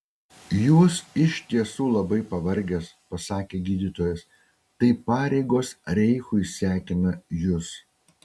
jūs iš tiesų labai pavargęs pasakė gydytojas tai pareigos reichui sekina jus